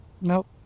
nope